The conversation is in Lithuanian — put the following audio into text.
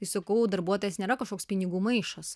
tai sakau darbuotojas nėra kažkoks pinigų maišas